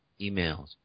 emails